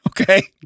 Okay